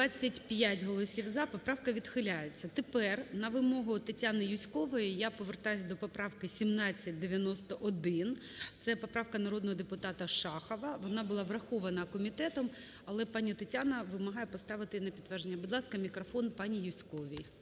13:26:49 За-25 Поправка відхиляється. Тепер на вимогу Тетяни Юзькової я повертаюсь до поправки 1791. Це поправка народного депутата Шахова. Вона була врахована комітетом. Але пані Тетяна вимагає поставити на підтвердження. Будь ласка, мікрофон пані Юзьковій.